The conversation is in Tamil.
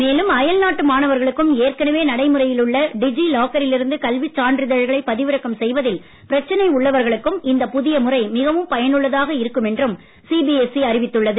மேலும் அயல்நாட்டு ஏற்கனவே நடைமுறையில் உள்ள டிஜி லாக்கரில் இருந்து கல்வி சான்றிதழ்களை பதிவிறக்கம் செய்வதில் பிரச்சனை உள்ளவர்களுக்கும் இந்த புதிய முறை மிகவும் பயனுள்ளதாக இருக்கும் என்றும் சிபிஎஸ்இ அறிவித்துள்ளது